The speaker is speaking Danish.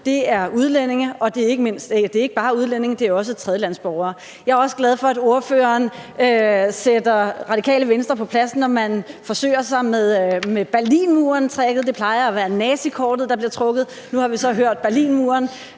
her, er udlændinge – og det er ikke bare udlændinge, det er også tredjelandsborgere. Jeg er også glad for, at ordføreren sætter Radikale Venstre på plads, når de forsøger sig med Berlinmuren – det plejer at være nazikortet, der bliver trukket. Nu har vi så hørt Berlinmuren.